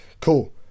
cool